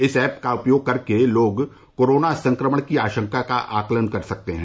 इस ऐप का उपयोग करके लोग कोरोना संक्रमण की आशंका का आकलन कर सकते हैं